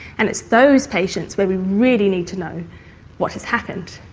and it's those patients where we really need to know what has happened.